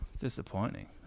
Disappointing